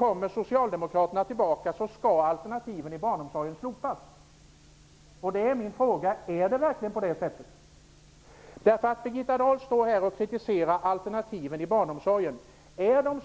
Jag vill fråga om det verkligen är så att alternativen i barnomsorgen skall slopas, om socialdemokraterna kommer tillbaka i regeringsställning? Birgitta Dahl kritiserar här alternativen i barnomsorgen. Är alternativen